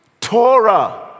Torah